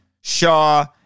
Shaw